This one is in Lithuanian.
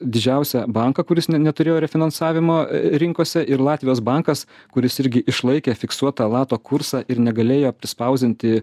didžiausią banką kuris ne neturėjo refinansavimo rinkose ir latvijos bankas kuris irgi išlaikė fiksuotą lato kursą ir negalėjo prispausdinti